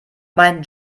meinen